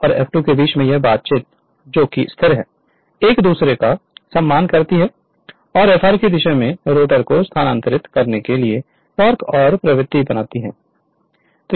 तो Φr और F2 के बीच की यह बातचीत जो स्थिर है एक दूसरे का सम्मान करती है और Fr की दिशा में रोटर को स्थानांतरित करने के लिए टोक़ और प्रवृत्ति बनाती है